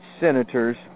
senator's